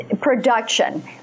production